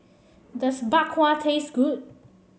does Bak Kwa taste good